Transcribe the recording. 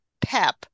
PEP